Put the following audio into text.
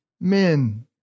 men